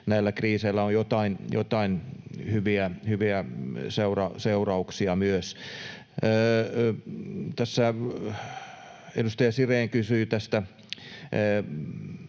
näillä kriiseillä on myös joitain hyviä seurauksia. Edustaja Sirén kysyi tästä